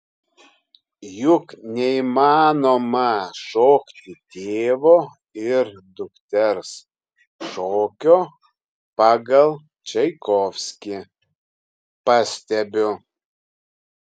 juk neįmanoma šokti tėvo ir dukters šokio pagal čaikovskį pastebiu